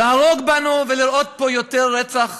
להרוג בנו ולראות פה יותר רצח,